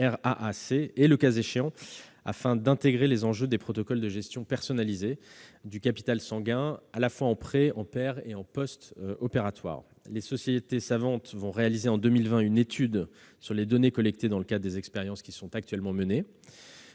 et, le cas échéant, afin d'intégrer les enjeux des protocoles de gestion personnalisée du capital sanguin en pré, per et postopératoire. Les sociétés savantes vont réaliser en 2020 une étude sur les données collectées dans le cadre des expériences actuellement menées